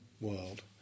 world